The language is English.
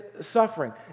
suffering